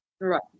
Right